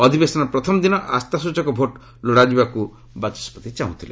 ଅଧିବେଶନର ପ୍ରଥମ ଦିନ ଆସ୍ଥାସ୍ଟଚକ ଭୋଟ୍ ଲୋଡ଼ା ଯିବାକୁ ବାଚସ୍କତି ଚାହୁଁଥିଲେ